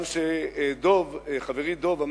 חברי דב,